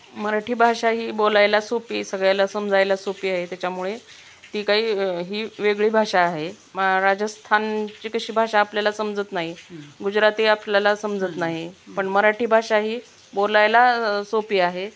मराठी भाषा ही बोलायला सोपी आहे सगळ्याला समजायला सोपी आहे त्याच्यामुळे ती काही ही वेगळी भाषा आहे मा राजस्थानची कशी भाषा आपल्याला समजत नाही गुजराती आपल्याला समजत नाही पण मराठी भाषा ही बोलायला सोपी आहे